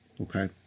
Okay